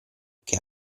che